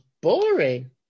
boring